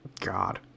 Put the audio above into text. God